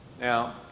Now